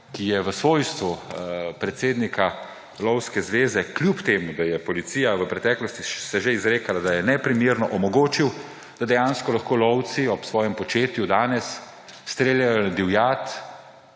ki je v svojstvu predsednika Lovske zveze, kljub temu da se je policija v preteklosti že izrekala, da je neprimerno, omogočil, da lahko lovci dejansko ob svojem početju danes streljajo na divjad